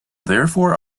therefore